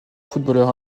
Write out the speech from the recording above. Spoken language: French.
footballeur